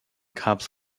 cups